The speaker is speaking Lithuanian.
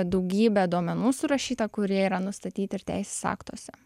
daugybė duomenų surašyta kurie yra nustatyti ir teisės aktuose